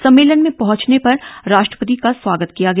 सम्मेलन में पहुंचने पर राष्ट्रपति का स्वागत किया गया